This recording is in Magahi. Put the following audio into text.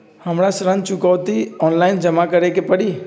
हमरा ऋण चुकौती ऑनलाइन जमा करे के परी?